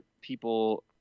people